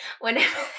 Whenever